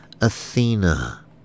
Athena